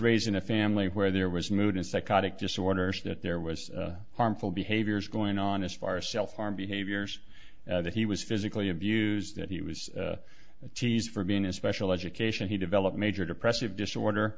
raised in a family where there was mood and psychotic disorders that there was harmful behaviors going on as far as self harm behaviors that he was physically abused that he was teased for being in special education he developed major depressive disorder